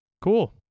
Cool